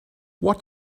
what